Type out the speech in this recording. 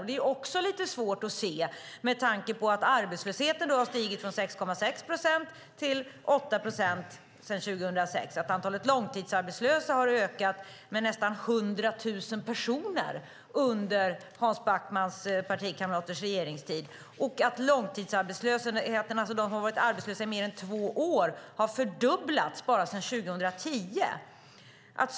Det är lite svårt att se med tanke på att arbetslösheten har stigit från 6,6 procent till 8 procent sedan 2006 och antalet långtidsarbetslösa har ökat med nästan 100 000 personer under Hans Backmans partikamraters regeringstid. Dessutom har antalet långtidsarbetslösa, alltså de som har varit arbetslösa i mer än två år, fördubblats bara sedan 2010.